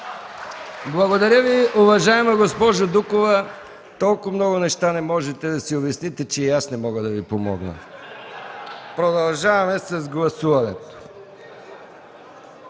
Благодаря Ви, уважаема госпожо Дукова. Толкова много неща не можете да си обясните, че и аз не мога да Ви помогна. (Смях и оживление.) Продължаваме с гласуването.